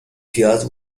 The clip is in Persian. پیاز